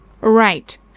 Right